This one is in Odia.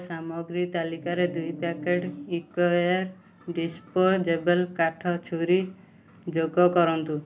ମୋ ସାମଗ୍ରୀ ତାଲିକାରେ ଦୁଇ ପ୍ୟାକେଟ୍ ଇକୋୱେର୍ ଡିସ୍ପୋଜେବଲ୍ କାଠ ଛୁରୀ ଯୋଗ କରନ୍ତୁ